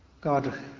God